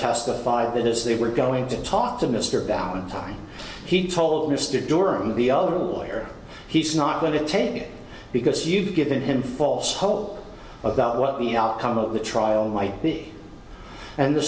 testified that as they were going to talk to mr valentine he told mr durham the other lawyer he's not going to take because you've given him false hope about what the outcome of the trial might be and the